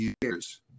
years